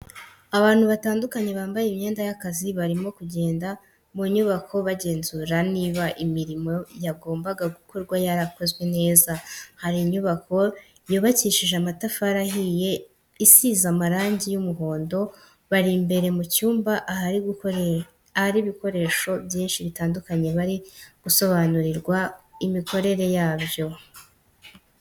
Abantu batandukanye bambaye imyenda y'akazi barimo kugenda mu nyubako bagenzura niba imirimo yagombaga gukorwa yarakozwe neza, hari inyubako yubakishije amatafari ahiye isize amarangi y'umuhondo, bari imbere mu cyumba ahari ibikoresho byinshi bitandukanye bari gusobanurirwa imikorere yabyo.